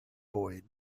boyd